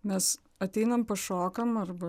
mes ateinam pašokam arba